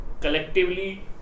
collectively